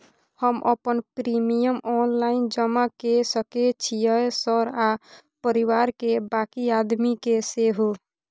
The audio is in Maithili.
हम अपन प्रीमियम ऑनलाइन जमा के सके छियै सर आ परिवार के बाँकी आदमी के सेहो?